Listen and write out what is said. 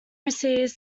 receives